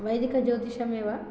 वैदिकज्योतिषमेव